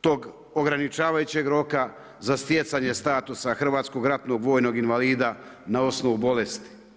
tog ograničavajućeg roka za stjecanje statusa hrvatskog ratnog vojnog invalida na osnovu bolesti.